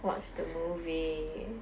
watch the movie